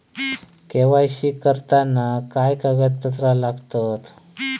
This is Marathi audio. के.वाय.सी करताना काय कागदपत्रा लागतत?